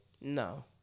No